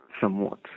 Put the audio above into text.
somewhat